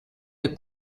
the